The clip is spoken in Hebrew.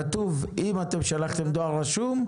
כתוב שאם אתם שלחתם דואר רשום,